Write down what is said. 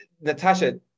Natasha